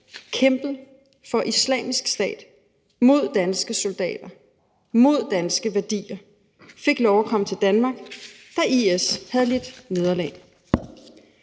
kæmpet for Islamisk Stat mod danske soldater, mod danske værdier, fik lov at komme til Danmark, da IS havde lidt nederlag.